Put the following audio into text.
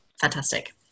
fantastic